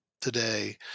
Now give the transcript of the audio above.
today